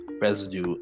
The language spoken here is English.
residue